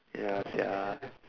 ya sia